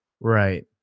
Right